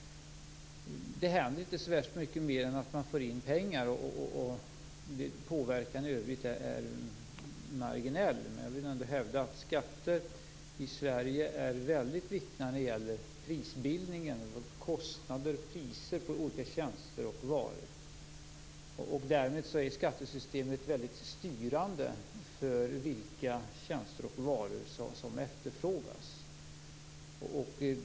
Det händer inte så värst mycket mer än att man får in pengar, och påverkan i övrigt är marginell. Jag vill ändå hävda att skatter i Sverige är väldigt viktiga när det gäller prisbildningen och kostnaderna för och priserna på olika tjänster och varor. Därmed är skattesystemet väldigt styrande för vilka tjänster och varor som efterfrågas.